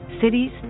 cities